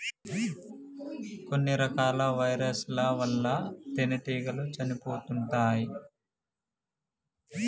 కొన్ని రకాల వైరస్ ల వల్ల తేనెటీగలు చనిపోతుంటాయ్